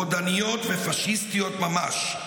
רודניות ופשיסטיות ממש,